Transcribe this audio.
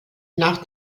nach